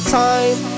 time